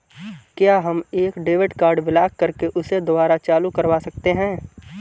क्या हम एक डेबिट कार्ड ब्लॉक करके उसे दुबारा चालू करवा सकते हैं?